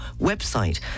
website